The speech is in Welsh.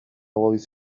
oedd